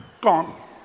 gone